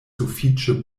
sufiĉe